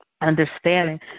understanding